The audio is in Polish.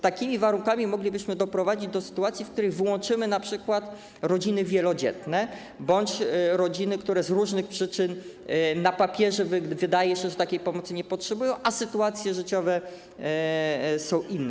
Takimi warunkami moglibyśmy doprowadzić do sytuacji, w której wyłączymy np. rodziny wielodzietne bądź rodziny, które z różnych przyczyn, tak wydaje się na papierze, takiej pomocy nie potrzebują, a ich sytuacje życiowe są inne.